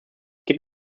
gibt